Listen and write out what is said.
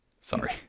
Sorry